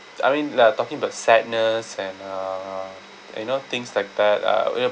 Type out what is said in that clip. I mean we're talking about sadness and uh you know things like that uh real